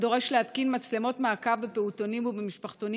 הדורש להתקין מצלמות מעקב בפעוטונים ובמשפחתונים